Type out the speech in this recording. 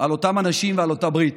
על אותם אנשים ועל אותה ברית.